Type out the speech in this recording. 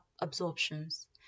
absorptions